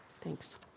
Thanks